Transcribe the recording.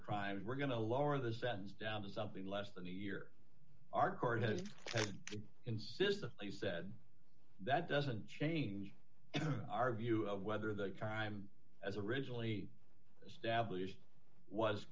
crimes we're going to lower the sentence down to something less than a year our court has insisted he said that doesn't change our view of whether the time as originally stablished was